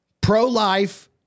pro-life